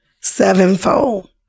sevenfold